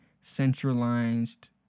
centralized